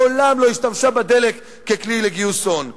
מעולם לא השתמשה בדלק ככלי לגיוס הון.